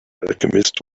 alchemist